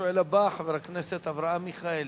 השואל הבא, חבר הכנסת אברהם מיכאלי.